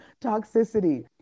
toxicity